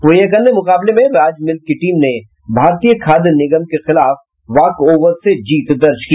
वहीं एक अन्य मुकाबले में राज मिल्क की टीम ने भारतीय खाद्य निगम के खिलाफ वाक ओवर से जीत दर्ज की